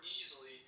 easily